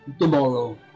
tomorrow